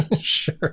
sure